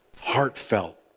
heartfelt